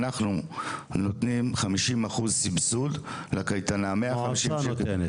שאנחנו נותנים חמישים אחוז סבסוד לקייטנה --- המועצה נותנת?